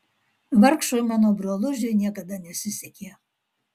vargšui mano brolužiui niekada nesisekė